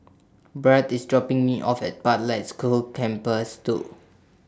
Brandt IS dropping Me off At Pathlight School Campus two